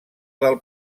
del